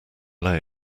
lay